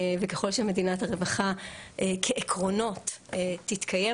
וככל שמדינת הרווחה כעקרונות תתקיים,